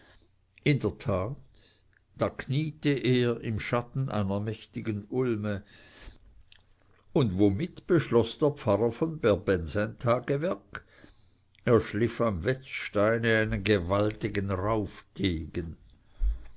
in der tat da kniete er im schatten einer mächtigen ulme und womit beschloß der pfarrer von berbenn sein tagewerk er schliff am wetzsteine einen gewaltigen